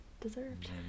deserved